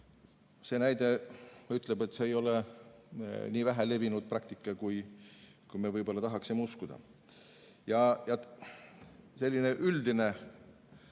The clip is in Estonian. See näide ütleb, et see ei ole nii vähe levinud praktika, kui me võib-olla tahaksime uskuda. Ja selline üldine